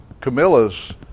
Camilla's